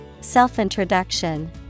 Self-Introduction